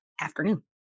afternoon